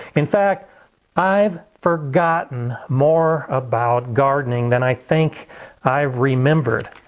in fact i've forgotten more about gardening than i think i've remembered.